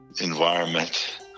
environment